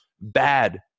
bad